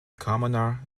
commoner